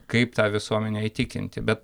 kaip tą visuomenę įtikinti bet